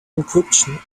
encryption